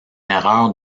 erreur